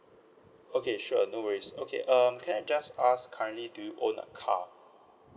okay sure no worries okay um can I just ask currently do you own a car